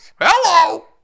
Hello